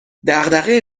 دغدغه